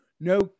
no